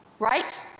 right